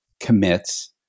commits